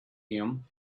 him